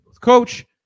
Coach